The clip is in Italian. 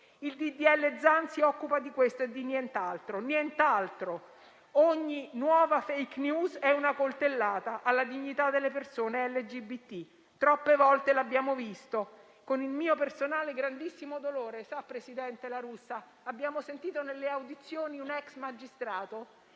legge Zan si occupa di questo e di nient'altro. Ogni nuova *fake news* è una coltellata alla dignità delle persone LGBT: troppe volte lo abbiamo visto. Con il mio personale e grandissimo dolore, presidente La Russa, abbiamo sentito nelle audizioni un ex magistrato